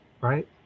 Right